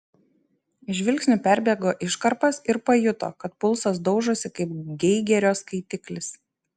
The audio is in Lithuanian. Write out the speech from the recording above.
žvilgsniu perbėgo iškarpas ir pajuto kad pulsas daužosi kaip geigerio skaitiklis